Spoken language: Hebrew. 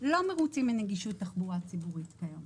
לא מרוצים מנגישות התחבורה הציבורית כיום.